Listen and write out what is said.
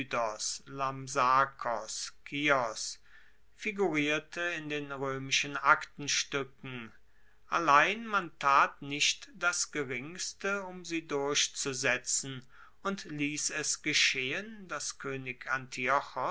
lampsakos kios figurierte in den roemischen aktenstuecken allein man tat nicht das geringste um sie durchzusetzen und liess es geschehen dass koenig